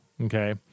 Okay